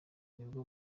nibwo